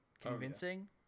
convincing